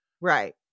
Right